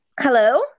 Hello